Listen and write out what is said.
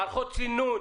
מערכות סינון.